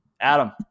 Adam